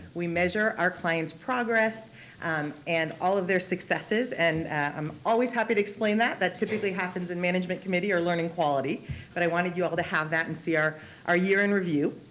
we measure our clients' progress um and all of their successes and i'm always happy to explain that. that typically happens in management committee or learning quality but i wanted you all to have that and see our year in review.